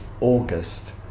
August